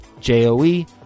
J-O-E